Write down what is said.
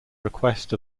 request